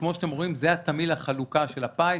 כמו שאתם רואים, זה תמהיל החלוקה של ה ---.